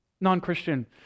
Non-Christian